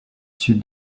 sud